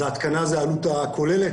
אז ההתקנה זאת העלות הכוללת?